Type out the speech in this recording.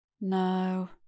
No